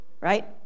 Right